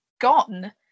gone